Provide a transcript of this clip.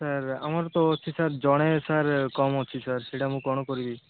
sir ଆମର ତ ଅଛି ସାର୍ ଜଣେ ସାର୍ କମ୍ ଅଛି ସାର୍ ସେଇଟା ମୁଁ କ'ଣ କରିବି